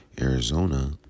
Arizona